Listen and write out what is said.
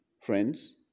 friends